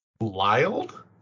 wild